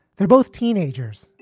they're both teenagers.